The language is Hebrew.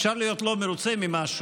אפשר להיות לא מרוצים ממשהו,